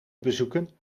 bezoeken